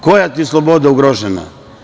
Koja ti sloboda ugrožena?